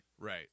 Right